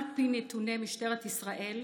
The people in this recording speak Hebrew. על פי נתוני משטרת ישראל,